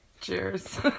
Cheers